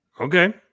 Okay